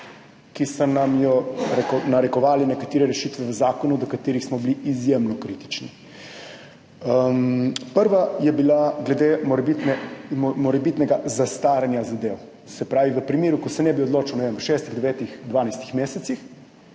ki so nam jo narekovale nekatere rešitve v zakonu, do katerih smo bili izjemno kritični. Prva je bila glede morebitnega zastaranja zadev. Se pravi, v primeru, ko se ne bi odločil, ne vem, v šestih, devetih, dvanajstih mesecih,